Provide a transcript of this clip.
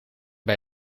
bij